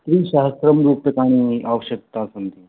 त्रिसहस्रं रूप्यकाणि आवश्यकता सन्ति